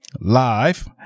live